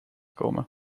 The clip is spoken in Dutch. komen